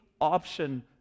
option